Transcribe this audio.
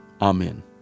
amen